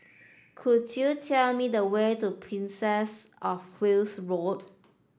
could you tell me the way to Princess of Wales Road